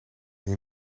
hier